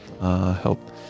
help